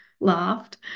laughed